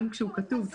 גם כשהוא כתוב,